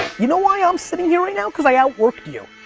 you know why i'm sitting here right now? cause i outworked you.